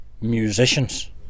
musicians